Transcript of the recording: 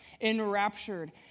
enraptured